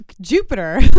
Jupiter